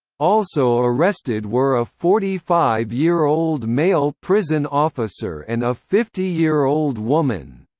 also arrested were a forty five year old male prison officer and a fifty year old woman.